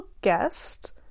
guest